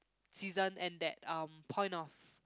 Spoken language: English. season and that um point of